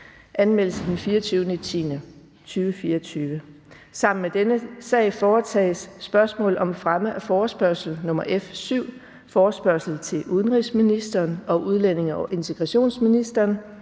(Anmeldelse 24.10.2024). Sammen med dette punkt foretages: 2) Spørgsmål om fremme af forespørgsel nr. F 7: Forespørgsel til udenrigsministeren og udlændinge- og integrationsministeren